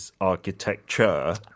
Architecture